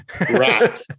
Right